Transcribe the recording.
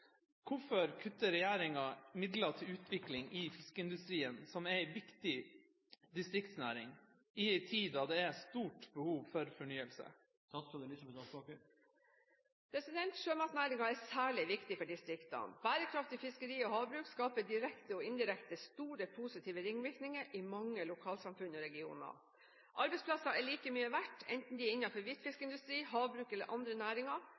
Hvorfor kutter regjeringa midler til utvikling i fiskeindustrien, som er en viktig distriktsnæring, i en tid da det er stort behov for fornyelse?» Sjømatnæringen er særlig viktig for distriktene. Bærekraftig fiskeri og havbruk skaper direkte og indirekte store positive ringvirkninger i mange lokalsamfunn og regioner. Arbeidsplasser er like mye verdt, enten de er innenfor hvitfiskindustri, havbruk eller andre næringer,